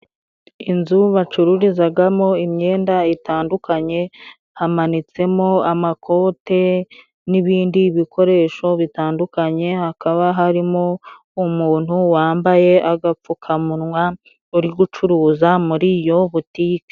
Inzu bacururizagamo imyenda itandukanye, hamanitsemo amakote n'ibindi bikoresho bitandukanye. Hakaba harimo umuntu wambaye agapfukamunwa uri gucuruza muri iyo butike.